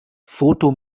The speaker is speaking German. foto